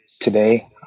today